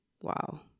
Wow